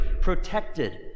protected